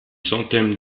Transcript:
centaine